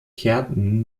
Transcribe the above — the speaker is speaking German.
kärnten